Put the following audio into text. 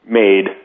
made